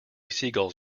seagulls